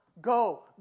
go